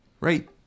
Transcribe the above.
right